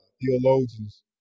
theologians